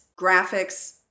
graphics